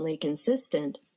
consistent